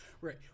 Right